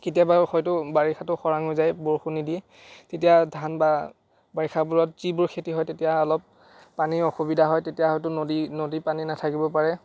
কেতিয়াবা হয়তো বাৰিষাটো খৰাং হৈ যায় বৰষুণ নিদিয়ে তেতিয়া ধান বা বাৰিষাবোৰত যিবোৰ খেতি হয় তেতিয়া অলপ পানীৰ অসুবিধা হয় তেতিয়া হয়তো নদী নদীৰ পানী নাথাকিব পাৰে